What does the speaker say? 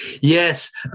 yes